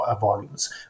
volumes